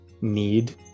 need